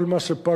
כל מה שפג,